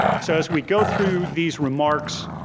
so as we go through these remarks,